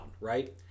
right